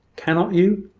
cannot you?